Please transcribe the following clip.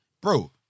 Bro